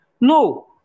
No